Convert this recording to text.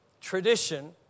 tradition